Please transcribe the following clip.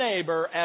neighbor